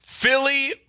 Philly